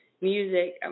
Music